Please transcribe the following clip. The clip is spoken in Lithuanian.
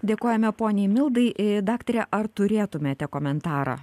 dėkojame poniai mildai ir daktare ar turėtumėte komentarą